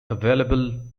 available